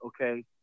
okay